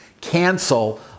cancel